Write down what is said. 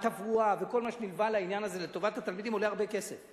והתברואה וכל מה שנלווה לעניין הזה לטובת התלמידים עולה הרבה כסף.